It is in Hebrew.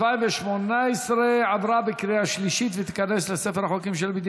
התשע"ח 2018, נתקבל.